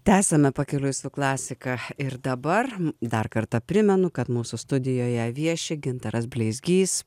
tęsiame pakeliui su klasika ir dabar dar kartą primenu kad mūsų studijoje vieši gintaras bleizgys